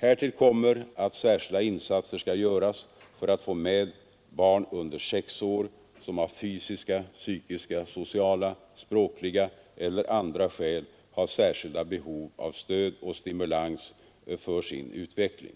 Härtill kommer att särskilda insatser skall göras för att få med barn under 6 år, som av fysiska, psykiska, sociala, språkliga eller andra skäl har särskilt behov av stöd och stimulans för sin utveckling.